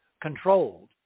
controlled